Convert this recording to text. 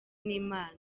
n’imana